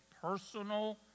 personal